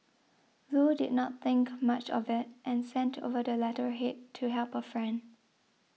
Loo did not think much of it and sent over the letterhead to help her friend